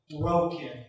broken